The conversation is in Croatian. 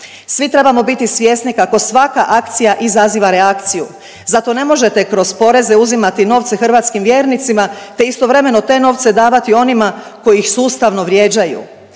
Svi trebamo biti svjesni kako svaka akcija izaziva reakciju zato ne možete kroz poreze uzimati novce hrvatskim vjernicima, te istovremeno te novce davati onima koji ih sustavno vrijeđaju.